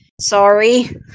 sorry